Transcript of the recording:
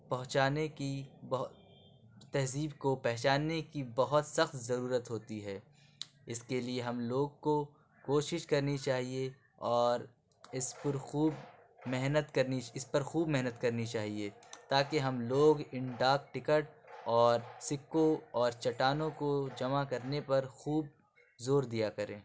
پہنچانے کی بہت تہذیب کو پہچاننے کی بہت سخت ضرورت ہوتی ہے اِس کے لیے ہم لوگ کو کوشش کرنی چاہیے اور اِس پُر خوب محنت کرنی اِس پر خوب محنت کرنی چاہیے تا کہ ہم لوگ اِن ڈاک ٹکٹ اور سکّوں اور چٹانوں کو جمع کرنے پر خوب زور دیا کریں